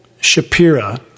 Shapira